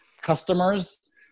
customers